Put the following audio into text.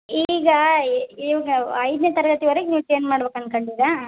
ಈಗ ಇವ್ನವ ಐದನೇ ತರಗತಿವರೆಗೆ ನೀವು ಚೇಂಜ್ ಮಾಡ್ಬೇಕು ಅನ್ಕಂಡಿರಾ